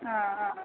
ആ ആ